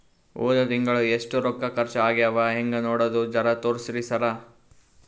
ಹೊದ ತಿಂಗಳ ಎಷ್ಟ ರೊಕ್ಕ ಖರ್ಚಾ ಆಗ್ಯಾವ ಹೆಂಗ ನೋಡದು ಜರಾ ತೋರ್ಸಿ ಸರಾ?